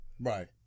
Right